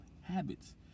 habits